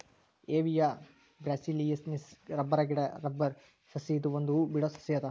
Hevea brasiliensis rubber ಗಿಡಾ rubber ಸಸಿ ಇದು ಒಂದ್ ಹೂ ಬಿಡೋ ಸಸಿ ಅದ